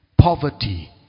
poverty